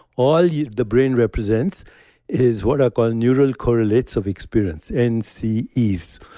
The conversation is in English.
all yeah the brain represents is what are called neural correlates of experience and see ease.